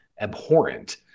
abhorrent